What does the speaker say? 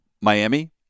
Miami